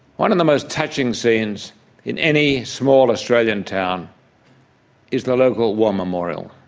one of the most touching scenes in any small australian town is the local war memorial,